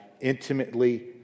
intimately